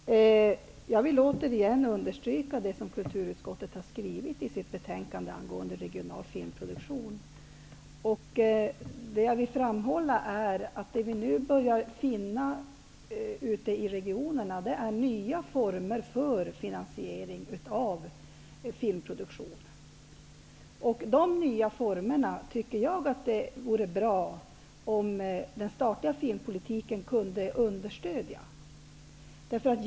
Herr talman! Jag vill återigen understryka det kulturutskottet skrivit i sitt betänkande angående regional filmproduktion. Jag vill framhålla att man nu börjar finna nya former för finansiering av filmproduktion ute i regionerna. Det vore bra om den statliga filmpolitiken kunde understödja de nya formerna.